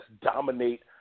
dominate